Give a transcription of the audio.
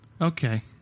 Okay